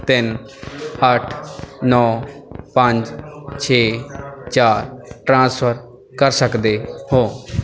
ਤਿੰਨ ਅੱਠ ਨੌ ਪੰਜ ਛੇ ਚਾਰ ਟ੍ਰਾਂਸਫਰ ਕਰ ਸਕਦੇ ਹੋ